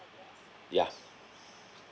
ya